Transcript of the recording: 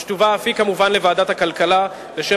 ואף היא תובא כמובן לוועדת הכלכלה לשם